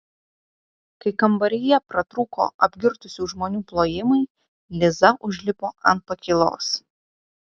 kai kambaryje pratrūko apgirtusių žmonių plojimai liza užlipo ant pakylos